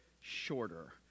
shorter